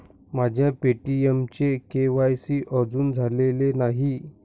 माझ्या पे.टी.एमचे के.वाय.सी अजून झालेले नाही